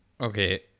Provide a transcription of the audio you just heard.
okay